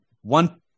one